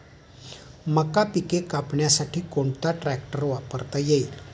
मका पिके कापण्यासाठी कोणता ट्रॅक्टर वापरता येईल?